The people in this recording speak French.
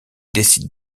décident